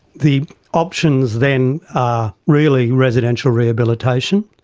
the options then are really residential rehabilitation,